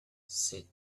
sit